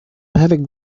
heading